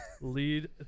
lead